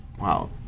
wow